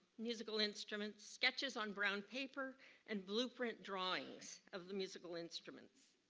musical instruments. sketches on brown paper and blueprint drawings of the musical instruments.